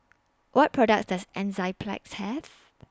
What products Does Enzyplex Have